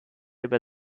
über